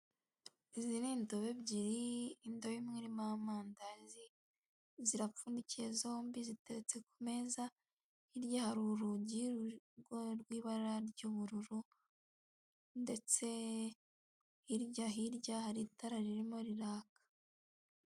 Izi ni indobo ebyiri indobo imwe iririmo amandazi zirapfundikiye zombi ziteretse ku meza hirya hari urugi rw'ibara ry'ubururu ndetse hirya hirya hari itara ririmo riraka.